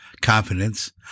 confidence